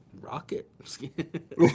rocket